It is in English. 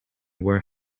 were